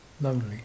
lonely